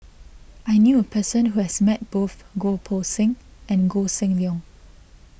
I knew a person who has met both Goh Poh Seng and Koh Seng Leong